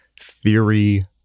theory